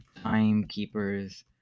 Timekeepers